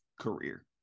career